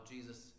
Jesus